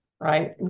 right